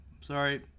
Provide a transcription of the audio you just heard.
Sorry